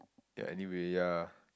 ya anyway ya